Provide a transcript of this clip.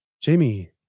Jamie